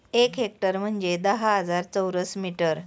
एक हेक्टर म्हणजे दहा हजार चौरस मीटर